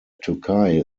türkei